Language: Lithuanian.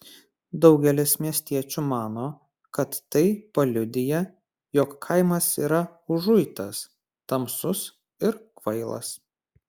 daugelis miestiečių mano kad tai paliudija jog kaimas yra užuitas tamsus ir kvailas